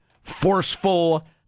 forceful